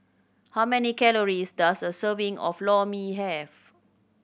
how many calories does a serving of Lor Mee have